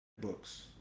books